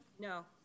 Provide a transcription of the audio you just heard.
No